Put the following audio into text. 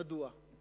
מדוע?